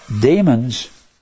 demons